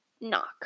knock